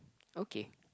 okay